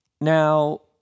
Now